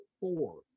four